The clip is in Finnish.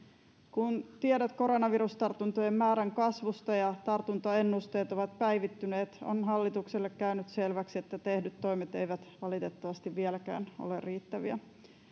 kun tiedot koronavirustartuntojen määrän kasvusta ja tartuntaennusteet ovat päivittyneet on hallitukselle käynyt selväksi että tehdyt toimet eivät valitettavasti vieläkään ole riittäviä